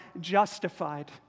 justified